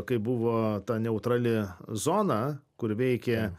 kai buvo ta neutrali zona kur veikė